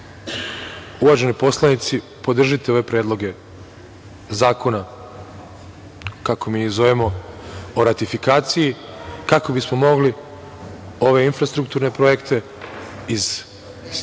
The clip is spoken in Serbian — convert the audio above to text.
uvaženi poslanici, podržite ove predloge zakona, kako ih mi zovemo o ratifikaciji, kako bismo mogli ove infrastrukturne projekte iz programa